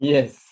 Yes. (